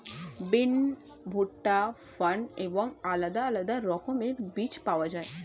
বিন, ভুট্টা, ফার্ন এবং আলাদা আলাদা রকমের বীজ পাওয়া যায়